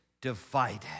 divided